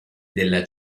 della